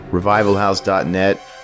Revivalhouse.net